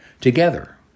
Together